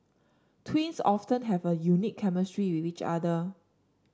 twins often have a unique chemistry with each other